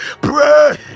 pray